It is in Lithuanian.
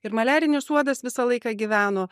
ir maliarinis uodas visą laiką gyveno